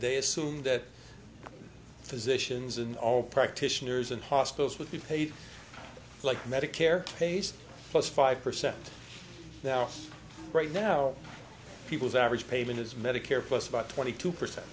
they assume that physicians and all practitioners and hospitals would be paid like medicare pays plus five percent now right now people's average payment is medicare plus about twenty two percent